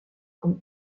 comme